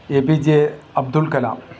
A P J Abdul Kalam